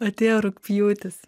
atėjo rugpjūtis